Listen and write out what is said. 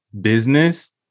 business